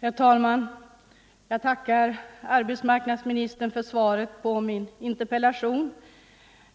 Herr talman! Jag tackar arbetsmarknadsministern för svaret på min interpellation,